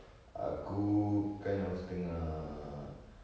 aku kind of tengah